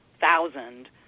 thousand